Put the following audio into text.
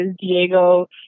Diego